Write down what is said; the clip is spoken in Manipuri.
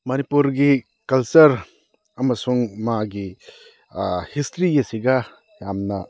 ꯃꯅꯤꯄꯨꯔꯒꯤ ꯀꯜꯆꯔ ꯑꯃꯁꯤꯡ ꯃꯥꯒꯤ ꯍꯤꯁꯇ꯭ꯔꯤ ꯑꯁꯤꯒ ꯌꯥꯝꯅ